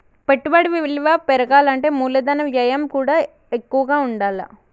పెట్టుబడి విలువ పెరగాలంటే మూలధన వ్యయం కూడా ఎక్కువగా ఉండాల్ల